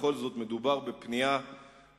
בכל זאת מדובר בפנייה כוללנית,